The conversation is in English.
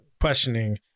questioning